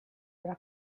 era